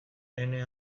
ene